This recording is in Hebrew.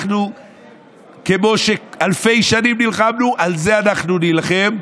כמו שאלפי שנים נלחמנו, על זה אנחנו נילחם,